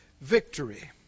victory